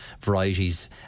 varieties